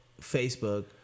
Facebook